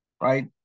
right